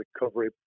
recovery